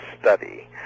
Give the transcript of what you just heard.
study